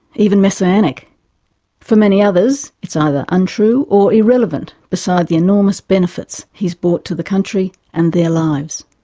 even messianic for many others it's either untrue or irrelevant beside the enormous benefits he has brought to the country and their lives.